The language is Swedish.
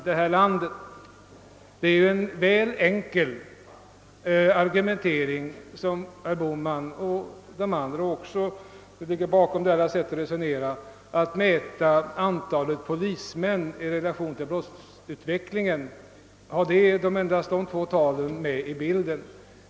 Det är en väl enkel argumentering som herr Bohman och de andra använder då de endast tar två tal med i bilden, nämligen antalet polismän och antalet brott, och sätter dem i relation till varandra.